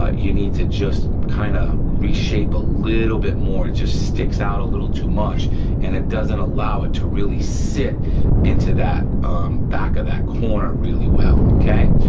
ah you need to just kinda reshape a little bit more. it just sticks out a little too much and it doesn't allow it to really sit into that back of that corner really well, okay?